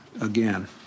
again